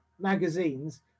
magazines